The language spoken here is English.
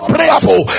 Prayerful